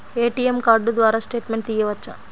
ATM card ద్వారా statement తీయవచ్చా?